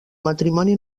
matrimoni